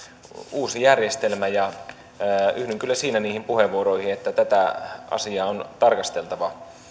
uusi järjestelmä yhdyn kyllä siinä niihin puheenvuoroihin että tätä asiaa on tarkasteltava